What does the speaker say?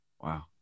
Wow